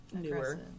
newer